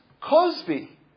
Cosby